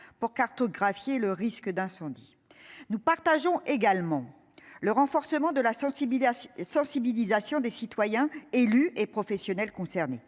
pour cartographier le risque d'incendie. Nous partageons également le renforcement de la sensibilisation, sensibilisation des citoyens, élus et professionnels concernés